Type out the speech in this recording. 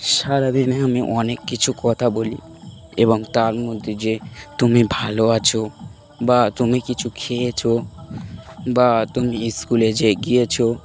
সারাদিনে আমি অনেক কিছু কথা বলি এবং তার মধ্যে যে তুমি ভালো আছো বা তুমি কিছু খেয়েছ বা তুমি স্কুলে যে গিয়েছো